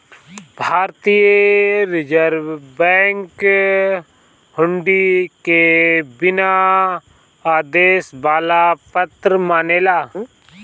भारतीय reserve bank हुंडी के बिना आदेश वाला पत्र मानेला